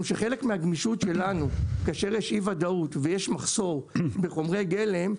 שחלק מהגמישות שלנו כאשר יש אי וודאות ויש מחסור בחומרי גלם,